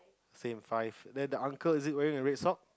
same five then the uncle is it wearing a red sock